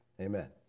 Amen